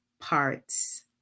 parts